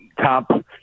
top